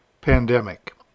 pandemic